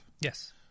Yes